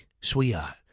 sweetheart